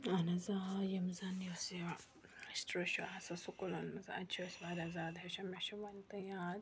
اہن حظ آ یِم زَن یۄس یہِ ہِسٹرٛی چھِ آسان سکوٗلَن منٛز اَتہِ چھِ أسۍ واریاہ زیادٕ ہیٚچھان مےٚ چھُ وُنہِ تہ یاد